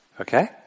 Okay